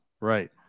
Right